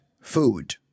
food